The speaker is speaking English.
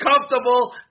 comfortable